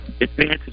advances